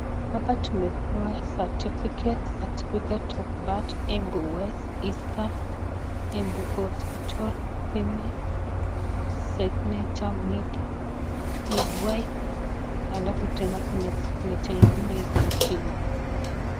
Hapa tumepewa certificate certificate ya embu west embu hospital female signature mean wife alafu tena kuna picha ingine iliyo chini.